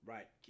Right